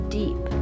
deep